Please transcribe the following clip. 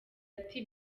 ati